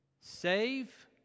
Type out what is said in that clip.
Save